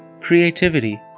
creativity